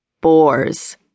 Boars